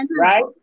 right